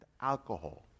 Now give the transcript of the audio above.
alcohol